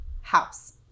house